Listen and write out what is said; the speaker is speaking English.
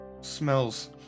smells